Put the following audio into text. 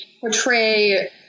portray